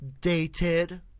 Dated